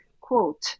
quote